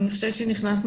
שייכת.